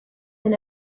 been